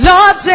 Lord